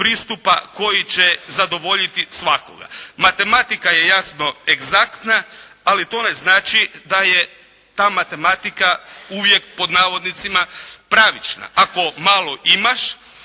koji će zadovoljiti svakoga. Matematika je jasno egzaktna, ali to ne znači da je ta matematika uvijek pod navodnicima "pravična". Ako malo imaš,